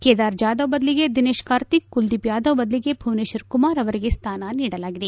ಕೇದಾರ್ ಜಾಧವ್ ಬದಲಿಗೆ ದಿನೇಶ್ ಕಾರ್ತಿಕ್ ಕುಲದೀಪ್ ಯಾದವ್ ಬದಲಿಗೆ ಭುವನೇಶ್ವರ್ ಕುಮಾರ್ ಅವರಿಗೆ ಸ್ವಾನ ನೀಡಲಾಗಿದೆ